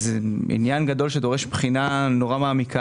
זה עניין גדול שדורש בחינה מאוד מעמיקה,